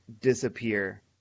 disappear